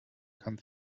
kann